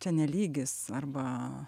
čia ne lygis arba